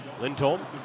Lindholm